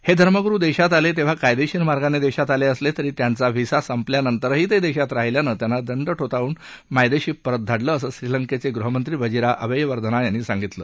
हे धर्मगुरू देशात आले तेव्हा कायदेशीरमार्गाने देशात आले असले तरी त्यांचा व्हिसा संपल्यानंतरही ते देशात राहिल्यानं त्यांना दंड ठोठावून मायदेशी परत धाडलं असं श्रीलंकेचे गृहमंत्री वजीरा अबेयवर्धना यांनी सागितलं